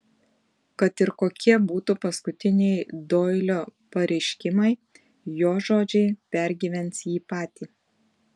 kad ir kokie būtų paskutiniai doilio pareiškimai jo žodžiai pergyvens jį patį